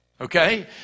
Okay